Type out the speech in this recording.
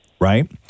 Right